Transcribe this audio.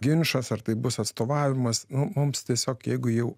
vienišas ar tai bus atstovavimas mums tiesiog jeigu jau